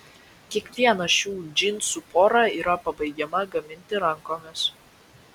kiekviena šių džinsų pora yra pabaigiama gaminti rankomis